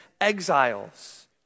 exiles